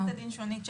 עוה"ד שונית שחר,